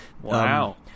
Wow